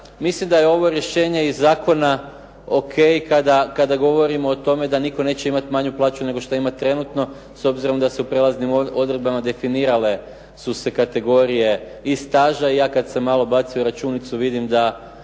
mislim da je ovo rješenje iz zakona ok kada govorimo o tome da nitko neće imati manju plaću nego što ima trenutno s obzirom da se u prijelaznim definirale su se kategorije i staža i ja sam kad sam malo bacio računicu vidim da